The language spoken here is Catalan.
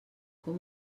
com